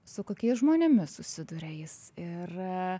su kokiais žmonėmis susiduria jis ir